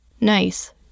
Nice